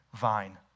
vine